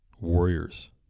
warriors